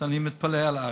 אז אני מתפלא על ההערה.